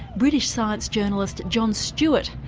british science journalist jon stewart,